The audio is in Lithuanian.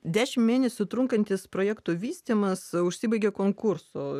dešim mėnesių trunkantis projekto vystymas užsibaigė konkursu